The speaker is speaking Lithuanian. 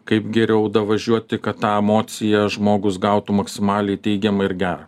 kaip geriau davažiuoti kad tą emociją žmogus gautų maksimaliai teigiamą ir gerą